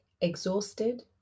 exhausted